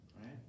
Right